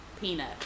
peanut